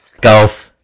golf